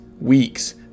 weeks